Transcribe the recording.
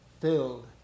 filled